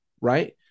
right